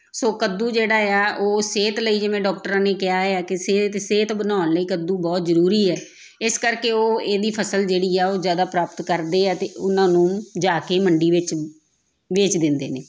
ਸੋ ਕੱਦੂ ਜਿਹੜਾ ਆ ਉਹ ਸਿਹਤ ਲਈ ਜਿਵੇਂ ਡਾਕਟਰਾਂ ਨੇ ਕਿਹਾ ਆ ਕਿ ਸਿਹਤ ਸਿਹਤ ਬਣਾਉਣ ਲਈ ਕੱਦੂ ਬਹੁਤ ਜ਼ਰੂਰੀ ਹੈ ਇਸ ਕਰਕੇ ਉਹ ਇਹਦੀ ਫ਼ਸਲ ਜਿਹੜੀ ਆ ਉਹ ਜ਼ਿਆਦਾ ਪ੍ਰਾਪਤ ਕਰਦੇ ਆ ਅਤੇ ਉਹਨਾਂ ਨੂੰ ਜਾ ਕੇ ਮੰਡੀ ਵਿੱਚ ਵੇਚ ਦਿੰਦੇ ਨੇ